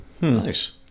Nice